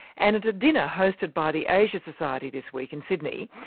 and at a dinner hosted by the asia society this week in sydney,